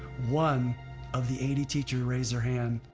one of the eighty teachers raised her hand.